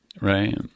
Right